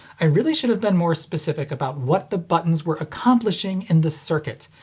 i really should have been more specific about what the buttons were accomplishing in the circuit,